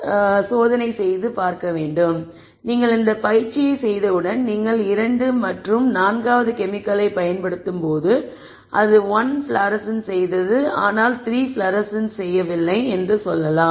எனவே நீங்கள் இந்த பயிற்சியைச் செய்தவுடன் நீங்கள் 2 மற்றும் 4 வது கெமிக்கலை பயன்படுத்தும் போது அது 1 ஃப்ளோரஸ் செய்தது ஆனால் 3 ஃப்ளோரஸ் செய்யவில்லை என்று சொல்லலாம்